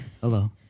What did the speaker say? Hello